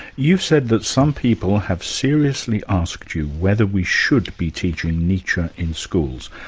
you've said that some people have seriously asked you whether we should be teaching nietzsche in schools,